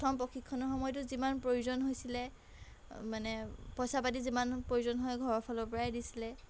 প্ৰথম প্ৰশিক্ষণৰ সময়তো যিমান প্ৰয়োজন হৈছিলে মানে পইচা পাতি যিমান প্ৰয়োজন হয় ঘৰৰ ফালৰ পৰাই দিছিলে